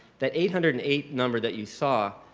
that eight hundred and eight number that you saw,